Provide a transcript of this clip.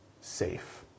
safe